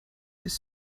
this